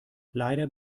leider